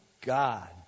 God